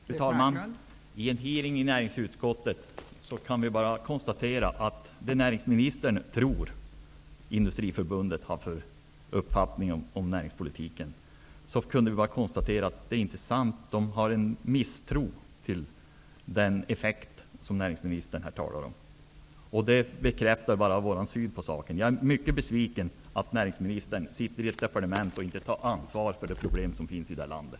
Fru talman! I fråga om den hearing som varit i näringsutskottet kan det konstateras att det näringsministern tror sig veta och säger om Industriförbundets uppfattning om näringspolitiken inte är sant. Man har en misstro till den effekt som näringsministern här talar om. Det bekräftar bara riktigheten när det gäller vår syn på saken. Jag är mycket besviken över att näringsministern i sitt departement inte tar ansvar för de problem som finns i det här landet.